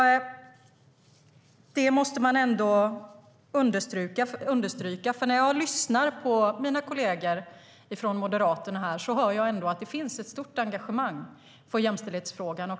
Det måste understrykas. När jag lyssnar på mina kolleger från Moderaterna hör jag att det finns ett stort engagemang i jämställdhetsfrågan.